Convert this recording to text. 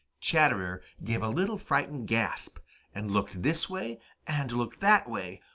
chatterer gave a little frightened gasp and looked this way and looked that way.